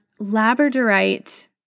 labradorite